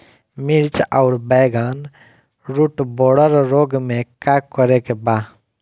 मिर्च आउर बैगन रुटबोरर रोग में का करे के बा?